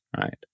right